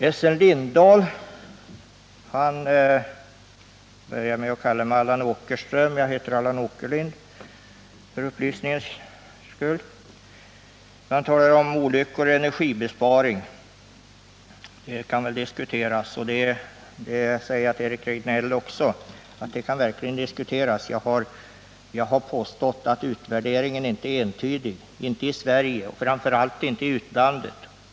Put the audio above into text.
Essen Lindahl talade om olyckor och energibesparing, och det kan verkligen diskuteras — det säger jag till Eric Rejdnell också. Jag har påstått att utvärderingen inte är entydig, inte i Sverige och framför allt inte i utlandet.